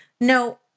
No